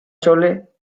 chole